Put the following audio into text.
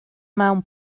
mewn